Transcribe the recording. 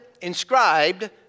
inscribed